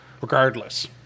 Regardless